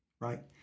Right